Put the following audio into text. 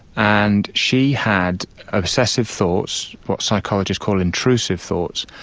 and she had obsessive thoughts, what psychologists call intrusive thoughts,